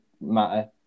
matter